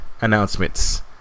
announcements